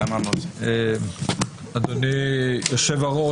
אדוני היו"ר,